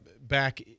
back